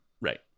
right